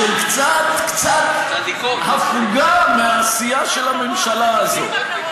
של קצת קצת הפוגה מהעשייה של הממשלה הזאת.